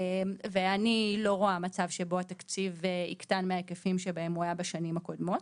אני לא רואה מצב שבו התקציב יקטן מההיקפים שבהם הוא היה בשנים הקודמות.